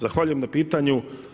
Zahvaljujem na pitanju.